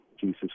Jesus